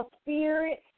spirit